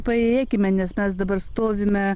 paėjėkime nes mes dabar stovime